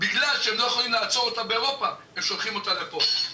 בגלל שהם לא יכולים לעצור אותה באירופה הם שולחים אותה לפה.